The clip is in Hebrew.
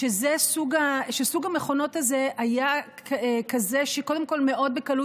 שסוג המכונות הזה היה כזה שקודם כול בקלות